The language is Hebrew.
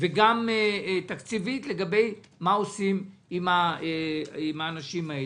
וגם תקציבית לגבי מה עושים עם האנשים האלה.